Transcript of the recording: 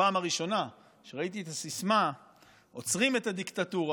בפעם הראשונה שראיתי את הסיסמה "עוצרים את הדיקטטורה"